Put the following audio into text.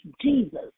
Jesus